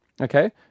Okay